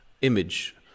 image